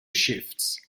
shifts